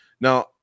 now